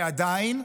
ועדיין,